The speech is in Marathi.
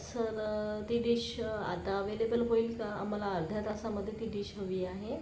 सर ती डिश आता अवेलेबल होईल का आम्हाला अर्ध्या तासामध्ये ती डिश हवी आहे